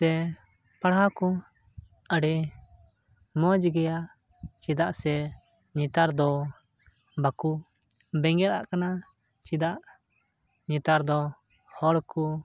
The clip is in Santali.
ᱛᱮ ᱯᱟᱲᱦᱟᱣ ᱠᱚ ᱟᱹᱰᱤ ᱢᱚᱡᱽ ᱜᱮᱭᱟ ᱪᱮᱫᱟᱜ ᱥᱮ ᱱᱮᱛᱟᱨ ᱫᱚ ᱵᱟᱠᱚ ᱵᱮᱸᱜᱮᱫᱟᱜ ᱠᱟᱱᱟ ᱪᱮᱫᱟᱜ ᱱᱮᱛᱟᱨ ᱫᱚ ᱦᱚᱲ ᱠᱚ